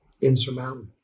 insurmountable